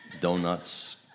Donuts